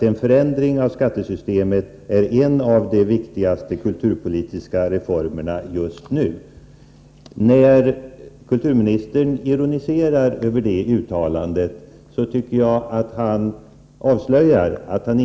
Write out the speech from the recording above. En förändring av skattesystemet, sade jag, är en av de viktigaste kulturpolitiska reformerna just nu. När kulturministern ironiserar över det uttalandet tycker jag att han avslöjar två saker.